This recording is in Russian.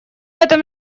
этом